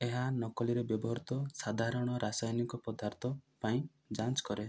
ଏହା ନକଲିରେ ବ୍ୟବହୃତ ସାଧାରଣ ରାସାୟନିକ ପଦାର୍ଥ ପାଇଁ ଯାଞ୍ଚ କରେ